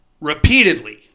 repeatedly